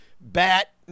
bat